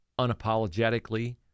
unapologetically